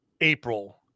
April